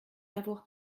d’avoir